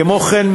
כמו כן,